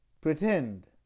pretend